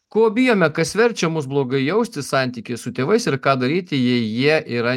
ko bijome kas verčia mus blogai jaustis santykyje su tėvais ir ką daryti jei jie yra